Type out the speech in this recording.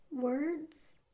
Words